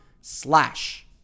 slash